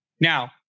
Now